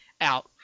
out